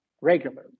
regularly